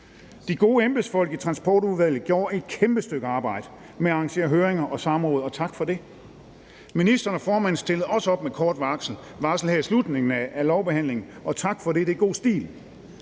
De gode embedsfolk i Transportudvalget gjorde en kæmpe stykke arbejde med at arrangere høringer og samråd, og tak for det. Ministeren og formanden stillede også op med kort varsel her i slutningen af lovbehandlingen, og tak for det; det er god stil.